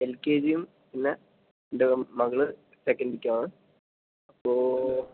L K ജിയും പിന്നെ എൻ്റെ മകൾ സെക്കന്റിലേക്കുമാണ് അപ്പോൾ